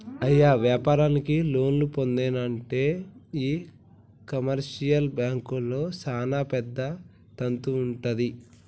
అయ్య వ్యాపారానికి లోన్లు పొందానంటే ఈ కమర్షియల్ బాంకుల్లో సానా పెద్ద తంతు వుంటది